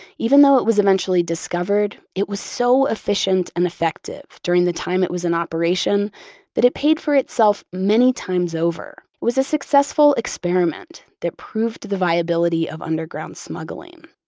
even though it was eventually discovered, it was so efficient and effective during the time it was in operation that it paid for itself many times over. it was a successful experiment that proved the viability of underground smuggling.